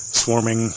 swarming